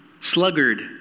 sluggard